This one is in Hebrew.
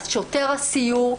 שוטר הסיור,